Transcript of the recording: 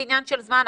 זה עניין של זמן,